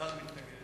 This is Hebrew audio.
צה"ל מתנגד.